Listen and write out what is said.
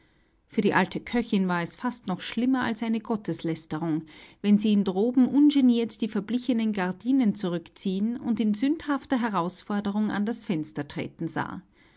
für die alte köchin war es fast noch schlimmer als eine gotteslästerung wenn sie ihn droben ungeniert die verblichenen gardinen zurückziehen und in sündhafter herausforderung an das fenster treten sah